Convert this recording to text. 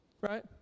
Right